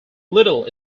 little